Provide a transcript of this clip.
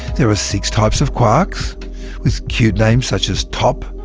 there are six types of quarks with cute names such as top,